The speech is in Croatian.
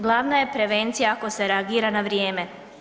Glavna je prevencija ako se reagira na vrijeme.